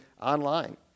online